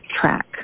track